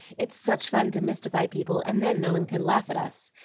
it's such fun to mystify people, and then no one can laugh at us.